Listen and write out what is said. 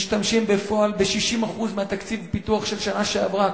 משתמשים בפועל ב-60% מתקציב הפיתוח של השנה שעברה,